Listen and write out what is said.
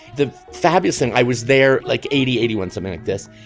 the fabulous. and i was there like eighty eighty one something like this.